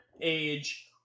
age